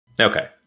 Okay